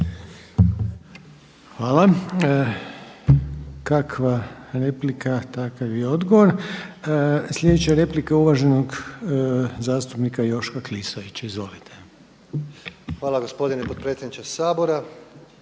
Hvala. Kakva replika takav i odgovor. Sljedeća je replika uvaženog zastupnika Joška Klisovića. Izvolite. **Klisović, Joško